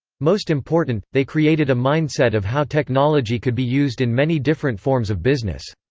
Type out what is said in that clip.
most important, they created a mindset of how technology could be used in many different forms of business.